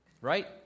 Right